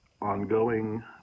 ongoing